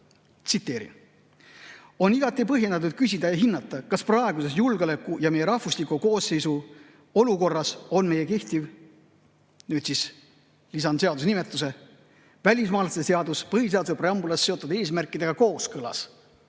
teda, et on igati põhjendatud küsida ja hinnata, kas praeguses julgeoleku‑ ja meie rahvusliku koosseisu olukorras on meie kehtiv – siia lisan ma seaduse nimetuse – välismaalaste seadus põhiseaduse preambulis seatud eesmärkidega kooskõlas.